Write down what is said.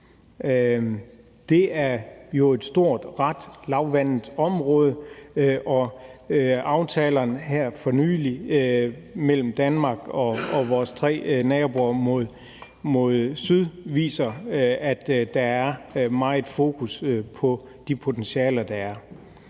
Det er jo et stort, ret lavvandet område, og de aftaler, der her for nylig blev indgået mellem Danmark og vores tre naboer mod syd, viser, at der er meget fokus på de potentialer, der er.